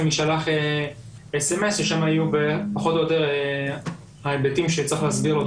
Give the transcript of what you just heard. יישלח אס.אמ.אס ושם יהיו פחות או יותר ההיבטים שצריך להסביר לאותו